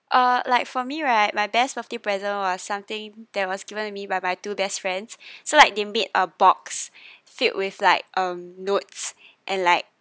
uh like for me right my best birthday present was something that was given to me by my two best friends so like they made a box filled with like uh notes and like